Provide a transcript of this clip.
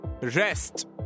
rest